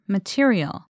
Material